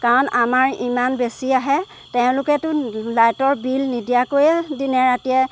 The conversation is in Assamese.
কাৰণ আমাৰ ইমান বেছি আহে তেওঁলোকেতো লাইটৰ বিল নিদিয়াকৈয়ে দিনে ৰাতিয়ে